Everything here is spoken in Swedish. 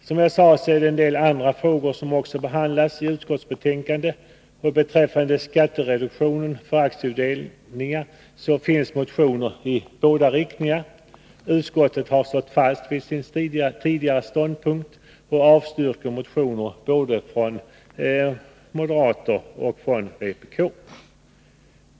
Som jag sade är det en del andra frågor som också behandlats i utskottets betänkande. Beträffande skattereduktionen för aktieutdelningar finns motioner i båda riktningar. Utskottet har stått fast vid sin tidigare ståndpunkt och avstyrker motioner från både moderaterna och vpk.